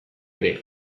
ere